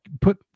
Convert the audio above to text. put